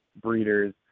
breeders